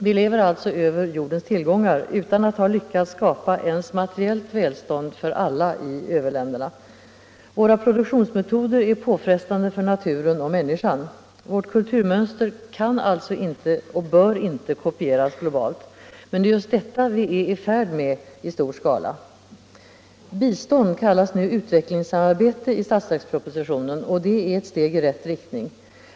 Vi lever alltså över jordens tillgångar, utan att ha lyckats skapa ens materiellt välstånd för alla i överländerna. Våra produktionsmetoder är påfrestande för naturen och människan. Vårt kulturmönster kan alltså inte och bör inte kopieras globalt, men det är just detta vi är i färd med i stor skala. Bistånd kallas nu utvecklingssamarbete i budgetpropositionen, och det är ett steg i rätt riktning.